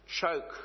choke